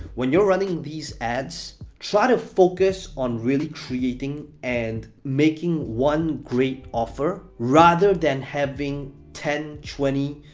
when you're running these ads, try to focus on really creating and making one great offer rather than having ten, twenty,